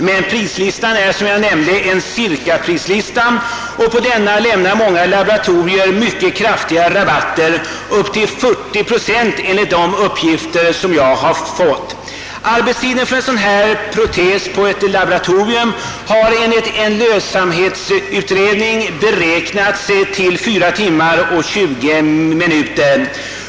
Men detta är som jag nämnde ett cirkapris, och på detta lämnar många laboratorier mycket kraftiga rabatter — upp till 40 procent, enligt de uppgifter som jag har fått. Arbetstiden för en sådan protes på ett laboratorium har enligt en lönsam hetsutredning beräknats till 4 timmar 20 minuter.